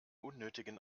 unnötigen